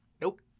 Nope